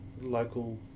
local